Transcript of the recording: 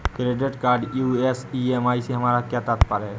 Credit card US EMI से हमारा क्या तात्पर्य है?